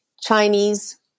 Chinese